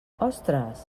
ostres